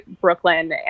brooklyn